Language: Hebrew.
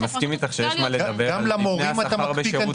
אני מסכים איתך שיש מה לדבר על מבנה השכר בשירות